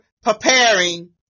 preparing